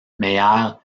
meyer